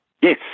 Yes